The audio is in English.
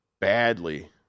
badly